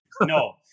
No